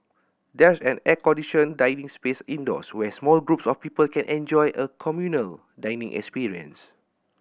there's an air conditioned dining space indoors where small groups of people can enjoy a communal dining experience